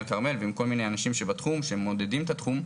כרמל ועם כל מיני אנשים שבתחום שמעודדים את התחום,